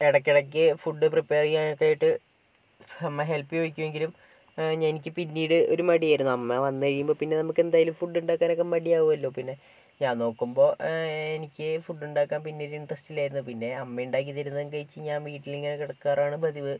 ഇടയ്ക്കിടയ്ക്ക് food prepare ചെയ്യാൻ ഒക്കെ ആയിട്ട് അമ്മ ഹെൽപ്പ് ചോദിക്കുമെങ്കിലും എനിക്ക് പിന്നീട് ഒരു മടിയായിരുന്നു അമ്മ വന്നു കഴിയുമ്പോൾ പിന്നെ നമുക്കെന്തായാലും ഫുഡ് ഉണ്ടാക്കാൻ ഒക്കെ മടിയാകുമല്ലോ പിന്നെ ഞാൻ നോക്കുമ്പോൾ എനിക്ക് ഫുഡ് ഉണ്ടാക്കാൻ പിന്നീട് ഇൻട്രസ്റ്റ് ഇല്ലായിരുന്നു പിന്നെ അമ്മ ഉണ്ടാക്കി തരുന്നതും കഴിച്ചു ഞാൻ വീട്ടിൽ ഇങ്ങനെ കിടക്കാറാണ് പതിവ്